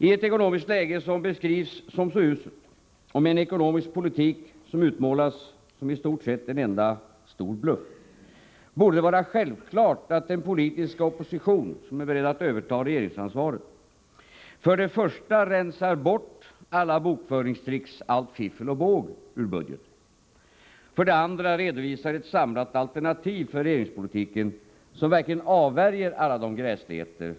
I ett ekonomiskt läge som beskrivs som så uselt och med en ekonomisk politik som utmålas som i stort sett en enda stor bluff borde det vara självklart att den politiska opposition som är beredd att överta regeringsansvaret för det första rensar bort alla bokföringstricks, allt fiffel och båg ur budgeten, för det andra redovisar ett samlat alternativ för regeringspolitiken som verkligen avvärjer alla de gräsligheter